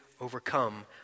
overcome